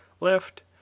left